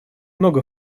много